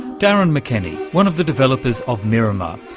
daryn mckenny, one of the developers of miromaa,